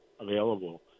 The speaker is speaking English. available